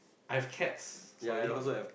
I've cats sorry